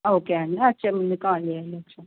okay అండి వచ్చే ముందు మీరు కాల్ చేయండి అచ్చ